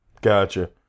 Gotcha